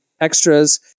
extras